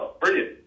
brilliant